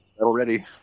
already